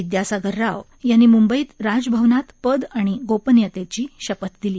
विद्यासागर राव यांनी म्ंबईत राजभवनात पद आणि गोपनीयतेची शपथ दिली